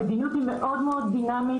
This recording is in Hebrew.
המדיניות היא מאוד דינמית,